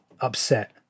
upset